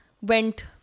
went